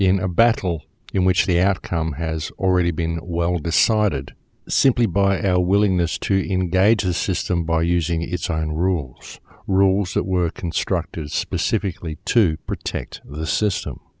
in a battle in which the outcome has already been well decided simply by our willingness to engage a system by using its own rules rules that were constructed specifically to protect the system